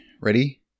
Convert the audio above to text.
Ready